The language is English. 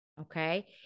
Okay